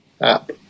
app